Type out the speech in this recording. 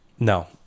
No